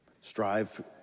Strive